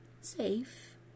safe